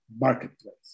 marketplace